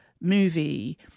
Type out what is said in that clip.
movie